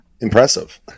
impressive